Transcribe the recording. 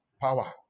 Power